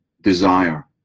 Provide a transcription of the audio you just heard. desire